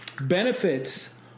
benefits